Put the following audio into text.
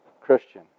Christian